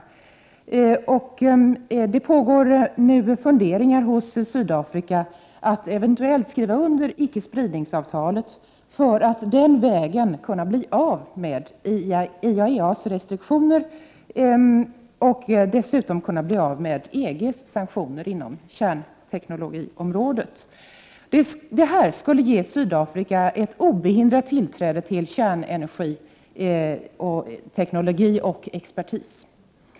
Det pågår nu funderingar i Sydafrika att eventuellt skriva under ickespridningsavtalet för att den vägen kunna bli av med såväl IAEA:s restriktioner som EG:s sanktioner inom kärnvapenteknologiområdet. Detta skulle ge Sydafrika ett obehindrat tillträde till kärnteknologi och expertis.